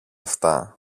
αυτά